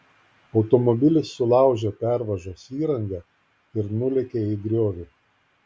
automobilis sulaužė pervažos įrangą ir nulėkė į griovį